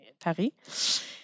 Paris